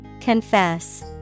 Confess